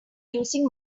using